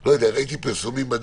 מכל מקום, זה